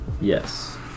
Yes